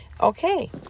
Okay